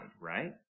Right